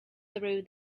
through